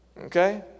Okay